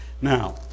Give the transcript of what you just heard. Now